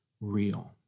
real